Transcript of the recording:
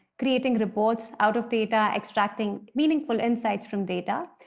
creating reports out of data, extracting meaningful insights from data,